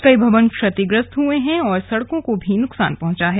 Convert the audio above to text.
कई भवन क्षतिग्रस्त हुए हैं और सड़कों को भी नुकसान पहुंचा है